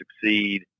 succeed